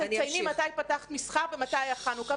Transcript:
תצייני מתי פתחת מסחר ומתי פתחת חנוכה,